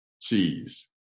cheese